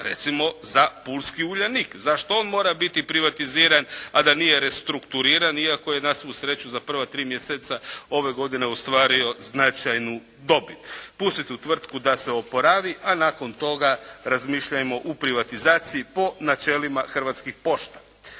recimo za pulski Uljanik. Zašto on mora biti privatiziran, a da nije restrukturiran iako je na svu sreću za prva tri mjeseca ove godine ostvario značajnu dobit. Pusti tu tvrtku da se oporavi, a nakon toga razmišljajmo o privatizaciji po načelima Hrvatskih pošta.